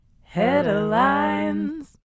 Headlines